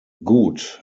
gut